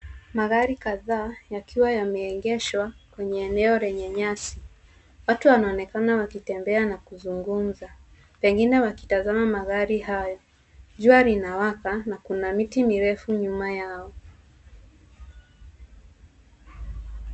Magari kadhaa, yakiwa yameegeshwa kwenye eneo lenye nyasi. Watu wanaonekana wakitembea na kuzungumza, pengine wakitazama magari haya. Jua linawaka na kuna miti mirefu nyuma yao.